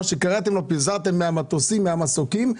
מה שאמרת לגביו "פיזרתם מן המטוסים ומן המסוקים",